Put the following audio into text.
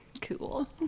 cool